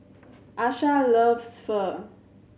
Asha loves Pho